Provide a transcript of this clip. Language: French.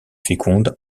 féconde